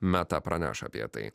meta praneš apie tai